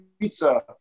pizza